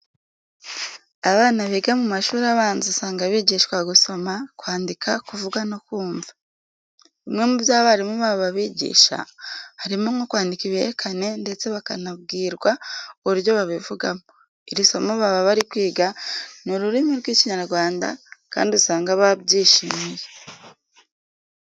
Abana biga mu mashuri abanza usanga bigishwa gusoma, kwandika, kuvuga no kumva. Bimwe mu byo abarimu babo babigisha, harimo nko kwandika ibihekane ndetse bakanababwira uburyo babivugamo. Iri somo baba bari kwiga ni ururimi rw'Ikinyarwanda kandi usanga babyishimiye.